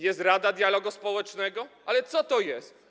Jest Rada Dialogu Społecznego, ale co to jest?